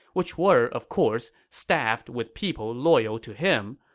which were, of course, staffed with people loyal to him,